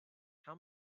how